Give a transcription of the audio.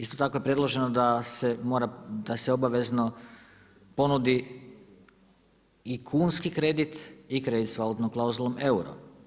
Isto tako je predloženo da se obavezno ponudi i kunski kredit i kredit sa valutnom klauzulom euro.